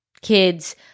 kids